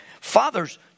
Fathers